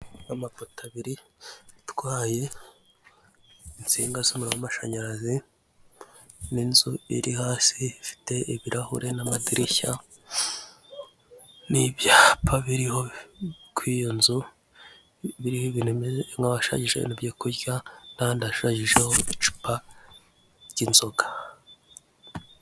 Amapoto abiri atwaye insinga z'umuriro w'amashanyarazi n'inzu iri hasi ifite ibirahure n'amadirishya n'ibyapa biriho kuri iyo nzu biri ibintu bimeze nk'ahashushanyijeho ibyo kurya kandi hashushanyijeho mu icupa ry'inzoga.